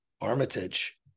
Armitage